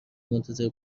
منتظر